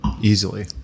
Easily